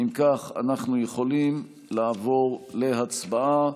אם כך, אנחנו יכולים לעבור להצבעה